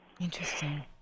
Interesting